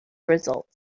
results